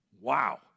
Wow